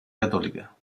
católica